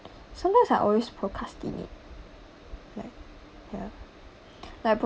sometimes I always procrastinate like ya like